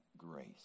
Grace